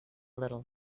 little